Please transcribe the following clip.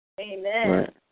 Amen